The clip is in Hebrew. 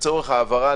לצורך ההבהרה,